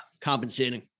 Compensating